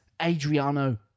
Adriano